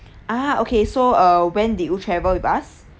ah okay so uh when did you travel with us